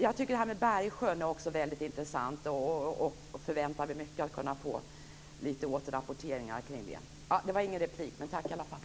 Jag tycker att det som sker i Bergsjön är väldig intressant, och jag förväntar mig återrapportering kring det. Det var ingen replik, men tack i alla fall.